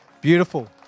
Beautiful